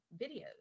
videos